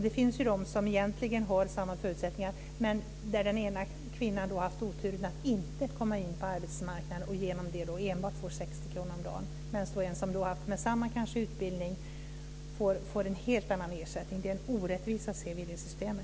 Det finns personer som egentligen har samma förutsättningar men där den ena kvinnan har haft oturen att inte komma in på arbetsmarknaden och genom detta enbart får 60 kr om dagen. En som kanske har samma utbildning får en helt annan ersättning. Vi ser en orättvisa i det systemet.